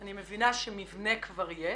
אני מבינה שמבנה כבר יש.